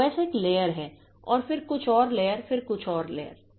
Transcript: तो OS एक layer है फिर कुछ और लेयर फिर कुछ और लेयर